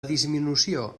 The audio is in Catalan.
disminució